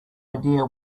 idea